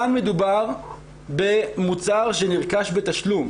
כאן מדובר במוצר שנרכש בתשלום.